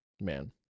man